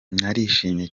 narishimye